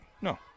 No